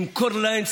למכור להם,